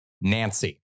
Nancy